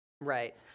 Right